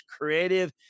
creative